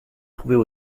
trouvait